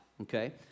okay